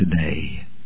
today